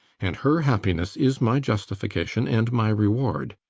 and her happiness is my justification and my reward.